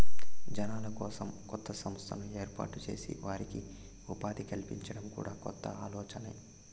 జనాల కోసం కొత్త సంస్థను ఏర్పాటు చేసి వారికి ఉపాధి కల్పించడం కూడా కొత్త ఆలోచనే